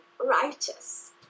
righteous